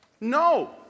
No